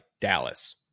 Dallas